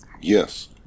Yes